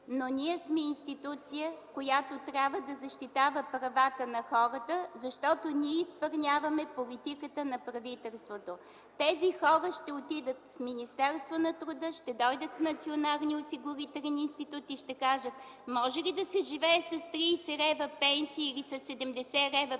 но ние сме институция, която трябва да защитава правата на хората, защото ние изпълняваме политиката на правителството. Тези хора ще отидат в Министерството на труда и социалната политика, ще дойдат в Националния осигурителен институт и ще кажат: може ли да се живее с 30 лв. пенсия или със 70 лв. пенсия,